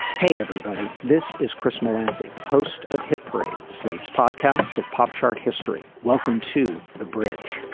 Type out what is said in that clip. hey everybody this is chris mckenzie host of hit parade slate's podcast of pop chart history. welcome to the bridge.